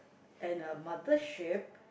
and a mother sheep